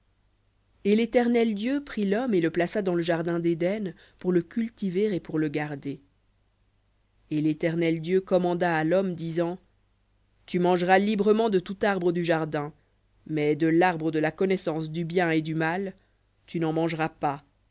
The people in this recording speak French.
et l'éternel dieu prit l'homme et le plaça dans le jardin d'éden pour le cultiver et pour le garder et l'éternel dieu commanda à l'homme disant tu mangeras librement de tout arbre du jardin mais de l'arbre de la connaissance du bien et du mal tu n'en mangeras pas